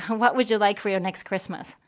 what would you like for your next christmas?